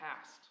past